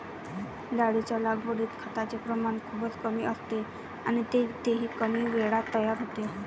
डाळींच्या लागवडीत खताचे प्रमाण खूपच कमी असते आणि तेही कमी वेळात तयार होते